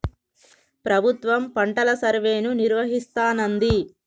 ప్రభుత్వం పంటల సర్వేను నిర్వహిస్తానంది